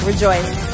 rejoice